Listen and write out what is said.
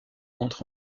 entre